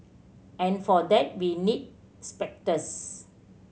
and for that we need specters